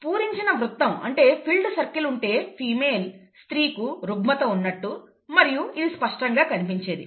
పూరించిన వృత్తం అంటే filled circle ఉంటే ఫిమేల్ స్త్రీ కు రుగ్మత ఉన్నట్టు మరియు ఇది స్పష్టంగా కనిపించేది